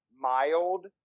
mild